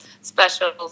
special